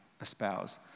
espouse